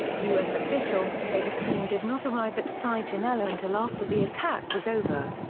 u s. officials say the team did not arrive at sigonella until after the attack was over.